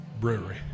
brewery